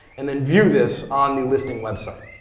and then view this on the listing website.